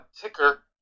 ticker